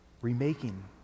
remaking